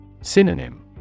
Synonym